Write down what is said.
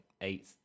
eight